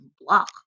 block